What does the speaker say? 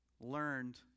learned